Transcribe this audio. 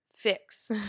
Fix